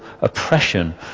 oppression